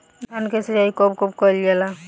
धान के सिचाई कब कब कएल जाला?